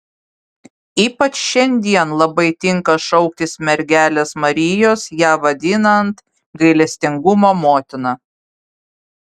ypač šiandien labai tinka šauktis mergelės marijos ją vadinant gailestingumo motina